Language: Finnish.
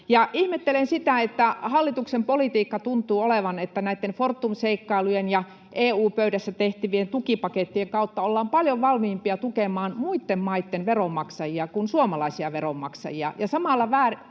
Ihmettelen sitä, että hallituksen politiikka tuntuu olevan, että näitten Fortum-seikkailujen ja EU-pöydässä tehtävien tukipakettien kautta ollaan paljon valmiimpia tukemaan muitten maitten veronmaksajia kuin suomalaisia veronmaksajia,